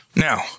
Now